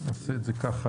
סעיפים 10 ו-11 להצעת החוק.